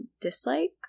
dislike